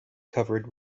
covered